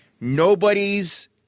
nobody's